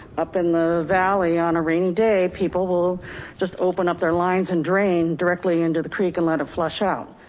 up in the valley on a rainy day, people will just open up their lines and drain directly into the creek and let it flush out.